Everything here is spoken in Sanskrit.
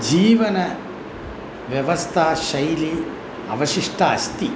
जीवनव्यवस्थाशैलिः अवशिष्टा अस्ति